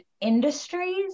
industries